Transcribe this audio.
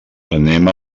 anem